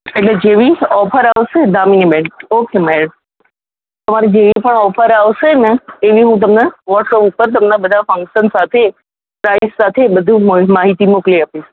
અને જેવી ઑફર આવશે દામિનીબેન ઓકે મૅમ અમારે જેવી પણ ઑફર આવશે મૅમ એવી હું તમને વૉટ્સૅપ ઉપર તમને બધાં ફંક્શન સાથે પ્રાઇઝ સાથે બધું માહિતી મોકલી આપીશ